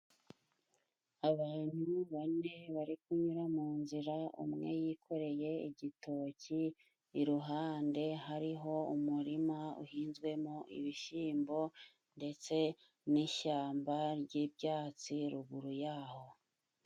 Abandu bane bari kunyura mu nzira. Umwe yikoreye igitoki, iruhande hariho umurima uhinzwemo ibishyimbo, ndetse n'ishyamba ry'ibyatsi ruguru yaho.